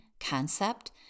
concept